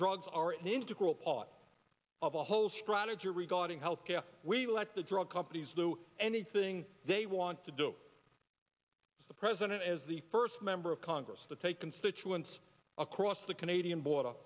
drugs are an integral part of the whole strategy regarding health care we let the drug companies do anything they want to do the president is the first member of congress to take constituents across the canadian border